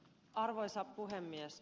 arvoisa puhemies